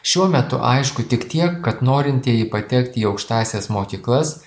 šiuo metu aišku tik tiek kad norintieji patekti į aukštąsias mokyklas